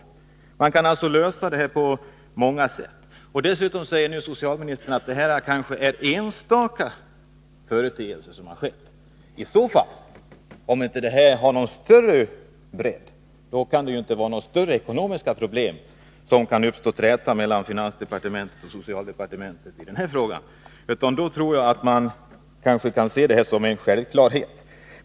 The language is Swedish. Dessa problem kan alltså lösas på många sätt. Dessutom säger nu socialministern att det kanske rör sig om enstaka företeelser. Och om de inte har någon större bredd, kan det inte finnas några större ekonomiska problem, som gör att det uppstår träta mellan finansdepartementet och socialdepartementet i denna fråga. Jag tror i stället att man kan se detta som en självklarhet.